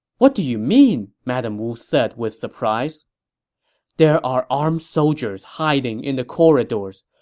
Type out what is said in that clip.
what do you mean? madame wu said with surprise there are armed soldiers hiding in the corridors.